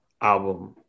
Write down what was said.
album